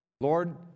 Lord